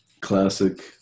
classic